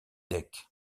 deck